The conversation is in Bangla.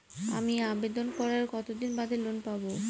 আমি আবেদন করার কতদিন বাদে লোন পাব?